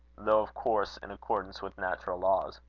though, of course, in accordance with natural laws.